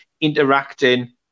interacting